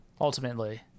ultimately